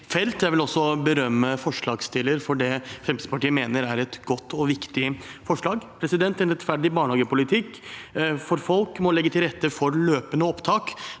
Jeg vil også berømme forslagsstilleren for det Fremskrittspartiet mener er et godt og viktig forslag. En rettferdig barnehagepolitikk for folk må legge til rette for løpende opptak.